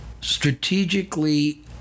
Strategically